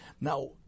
Now